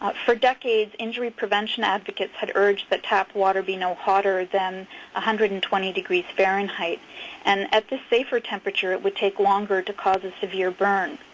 but for decades, injury prevention advocates had urged that tap water be no hotter than one ah hundred and twenty degrees fahrenheit and at this safer temperature it would take longer to cause a severe burn.